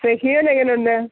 സെഹിയോൻ എങ്ങനെയുണ്ട്